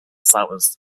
sellers